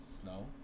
Snow